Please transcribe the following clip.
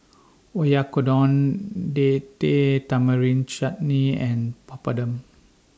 Oyakodon Date Tamarind Chutney and Papadum